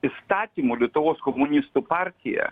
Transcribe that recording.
įstatymu lietuvos komunistų partija